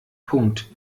punkt